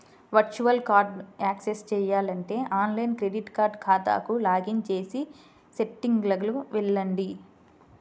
virtual కార్డ్ని access చేయాలంటే online credit card ఖాతాకు లాగిన్ చేసి సెట్టింగ్లకు వెళ్లండి